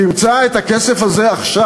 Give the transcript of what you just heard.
תמצא את הכסף הזה עכשיו.